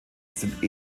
sind